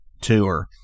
tour